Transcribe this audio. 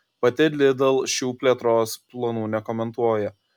pati lidl šių plėtros planų nekomentuoja